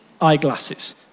eyeglasses